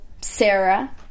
Sarah